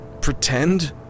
pretend